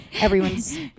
everyone's